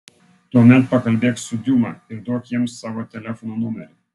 tuomet pakalbėk su diuma ir duok jiems savo telefono numerį